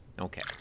Okay